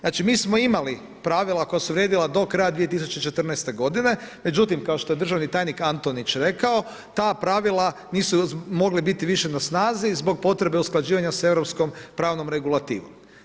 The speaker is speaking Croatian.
Znači mi smo imali pravila koja su vrijedila do kraja 2014. godine, međutim kao što je državni tajnik Antonić rekao, ta pravila nisu mogla biti više na snazi zbog potrebe usklađivanja sa europskom pravnom regulativom.